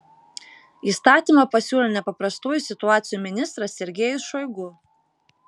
įstatymą pasiūlė nepaprastųjų situacijų ministras sergejus šoigu